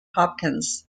hopkins